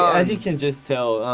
as you can just tell,